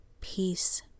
peace